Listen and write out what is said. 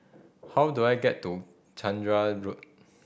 how do I get to Chander Road